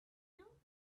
you